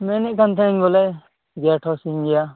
ᱢᱮᱱᱮᱫ ᱠᱟᱱ ᱛᱟᱦᱮᱱᱟᱹᱧ ᱵᱚᱞᱮ ᱜᱮᱹᱴ ᱦᱚᱸ ᱥᱤᱧ ᱜᱮᱭᱟ